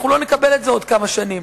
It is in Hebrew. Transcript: אנחנו לא נקבל את זה בעוד כמה שנים.